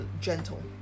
gentle